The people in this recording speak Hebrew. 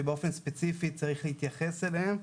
שבאופן ספציפי צריך להתייחס אליהם,